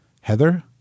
Heather